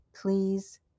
please